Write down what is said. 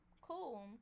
Cool